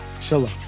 Shalom